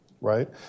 right